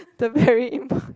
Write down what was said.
the very impor~